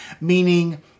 Meaning